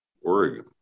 Oregon